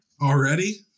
already